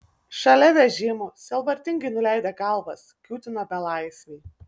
šalia vežimų sielvartingai nuleidę galvas kiūtino belaisviai